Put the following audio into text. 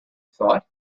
thought